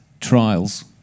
trials